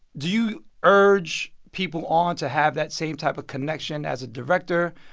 do you urge people on to have that same type of connection as a director?